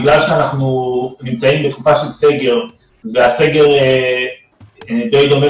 בגלל שאנחנו נמצאים בתקופה של סגר והסגר די דומה